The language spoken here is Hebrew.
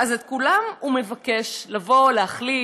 אז את כולם הוא מבקש לבוא ולהחליש,